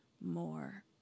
more